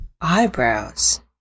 eyebrows